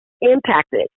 impacted